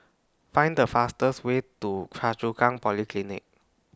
Find The fastest Way to Choa Chu Kang Polyclinic